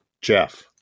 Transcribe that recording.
Jeff